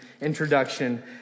introduction